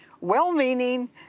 well-meaning